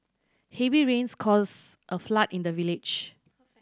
heavy rains caused a flood in the village